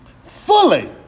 fully